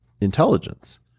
intelligence